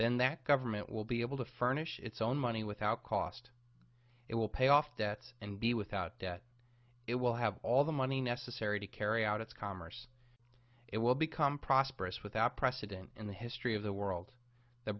then that government will be able to furnish its own money without cost it will pay off debts and be without debt it will have all the money necessary to carry out its commerce it will become prosperous without precedent in the history of the world the